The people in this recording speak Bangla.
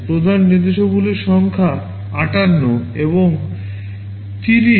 প্রধান নির্দেশাবলীর সংখ্যা 58 এবং 30